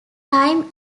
time